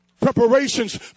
Preparations